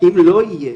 אם לא יהיה,